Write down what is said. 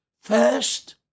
First